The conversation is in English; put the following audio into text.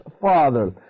father